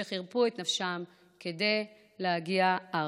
שחירפו את נפשם כדי להגיע ארצה,